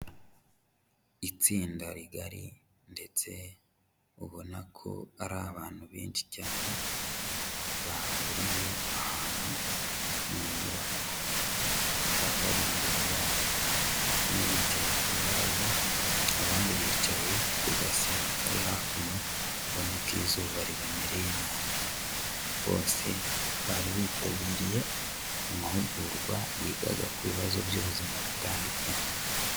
Itsinda rigari, ndetse ubona ko ari abantu benshi cyane, bahuriye ahantu mu nyubako. Bakaba bari imbere yayo. Bamwe bicaye ku rubaraza, abandi bicaye ku gasima kari hakuno, ubona ko izuba ribamereye nabi. Bose bari bitabiriye amahugurwa, yigaga ku bibazo by'ubuzima butandukanye.